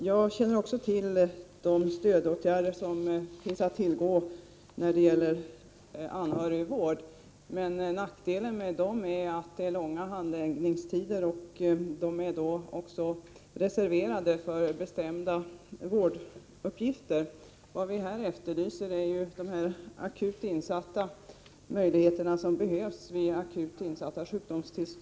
Herr talman! Jag känner till de stödåtgärder som finns att tillgå när det gäller anhörigvården, men nackdelen med dem är att de innebär långa handläggningstider och att de är reserverade för bestämda vårduppgifter. Vad vi efterlyser är möjligheter till stöd då anhöriga drabbas av akuta sjukdomstillstånd av allvarlig karaktär, så att dessa kan få vård i hemmet. Det finns möjlighet att omfördela.